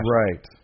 right